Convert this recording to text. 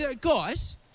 Guys